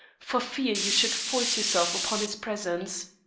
for fear you should force yourself upon his presence.